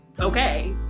okay